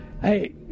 hey